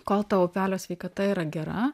kol ta upelio sveikata yra gera